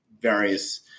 various